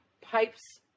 pipes